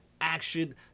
action